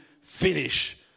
finish